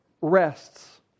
rests